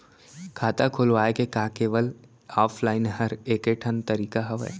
खाता खोलवाय के का केवल ऑफलाइन हर ऐकेठन तरीका हवय?